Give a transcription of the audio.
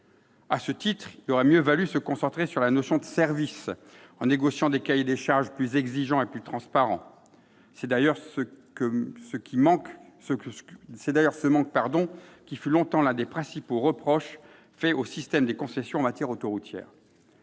À ce titre, il aurait mieux valu se concentrer sur la notion de service, en négociant des cahiers des charges plus exigeants et plus transparents. C'est d'ailleurs ce manque qui a longtemps constitué l'un des principaux reproches faits au système des concessions en matière autoroutière.